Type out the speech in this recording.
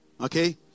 Okay